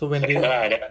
but